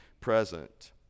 present